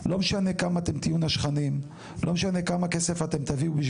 לא משנה כמה אתם תהיו נשכנים.